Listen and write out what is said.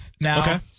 now